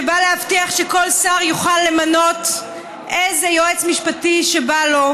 שבא להבטיח שכל שר יוכל למנות איזה יועץ משפטי שבא לו.